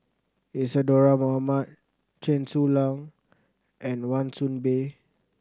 Isadhora Mohamed Chen Su Lan and Wan Soon Bee